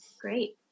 Great